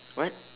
what